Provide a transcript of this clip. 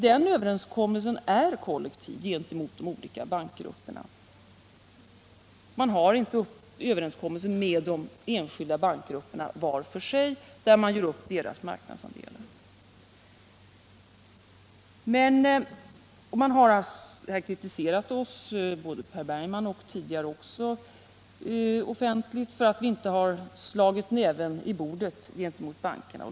Den överenskommelsen är kollektiv gentemot de olika bankgrupperna. Man har inte överenskommelsen med de enskilda bankgrupperna var för sig och gör inte upp deras marknadsandelar. Vi har tidigare kritiserats offentligt både av Per Bergman och andra för att vi inte har slagit näven i bordet gentemot bankerna.